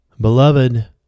Beloved